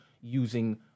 using